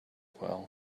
well